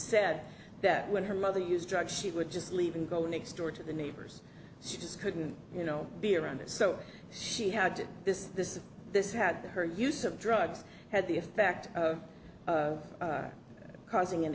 said that when her mother used drugs she would just leave and go next door to the neighbors she just couldn't you know be around it so she had this this this had to her use of drugs had the effect of causing an